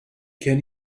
can